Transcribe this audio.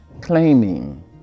Claiming